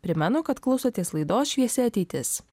primenu kad klausotės laidos šviesi ateitis